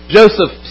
Joseph